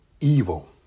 evil